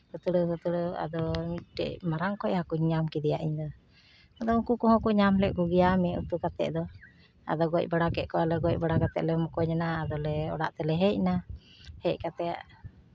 ᱦᱟᱹᱛᱲᱟᱹᱣ ᱦᱟᱹᱛᱲᱟᱹᱣ ᱟᱫᱚ ᱢᱤᱫᱴᱮᱡ ᱢᱟᱨᱟᱝ ᱚᱠᱚᱡ ᱦᱟᱹᱠᱩᱧ ᱧᱟᱢ ᱠᱮᱫᱮᱭᱟ ᱤᱧᱫᱚ ᱟᱫᱚ ᱩᱱᱠᱩ ᱠᱚᱦᱚᱸ ᱠᱚ ᱧᱟᱢ ᱞᱮᱜ ᱠᱚᱜᱮᱭᱟ ᱢᱤᱫ ᱩᱛᱩ ᱠᱟᱛᱮ ᱫᱚ ᱟᱫᱚ ᱜᱚᱡ ᱵᱟᱲᱟ ᱠᱮᱜ ᱠᱚᱣᱟᱞᱮ ᱜᱚᱡ ᱵᱟᱲᱟ ᱠᱟᱛᱮ ᱞᱮ ᱢᱚᱠᱚᱧ ᱮᱱᱟ ᱟᱫᱚᱞᱮ ᱚᱲᱟᱜ ᱛᱮᱞᱮ ᱦᱮᱡ ᱮᱱᱟ ᱦᱮᱡ ᱠᱟᱛᱮ